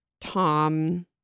Tom